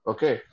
Okay